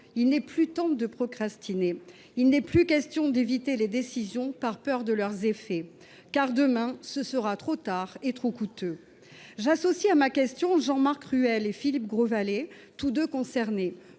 Il n’est plus temps de procrastiner. Il n’est plus question d’éviter les décisions par peur de leurs effets, car demain ce sera trop tard et trop coûteux ! J’associe à ma question Jean Marc Ruel et Philippe Grosvalet, tous deux concernés,